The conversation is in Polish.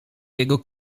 jego